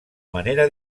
manera